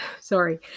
sorry